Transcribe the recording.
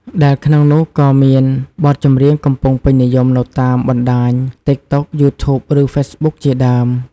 ដែលក្នុងនោះក៏មាន បទចម្រៀងកំពុងពេញនិយមនៅតាមបណ្តាញ TikTok, YouTube, ឬ Facebook ជាដើម។